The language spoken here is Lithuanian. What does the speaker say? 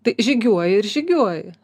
tai žygiuoji ir žygiuoji